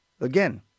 Again